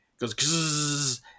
goes